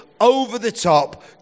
over-the-top